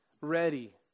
ready